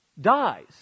dies